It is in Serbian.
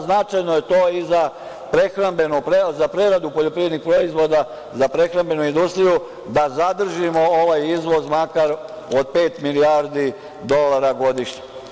Značajno je to i za preradu poljoprivrednih proizvoda, za prehrambenu industriju, da zadržimo ovaj izvoz makar od pet milijardi dolara godišnje.